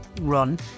run